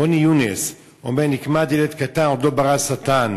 רמי יונס אומר: נקמת ילד קטן עוד לא ברא השטן,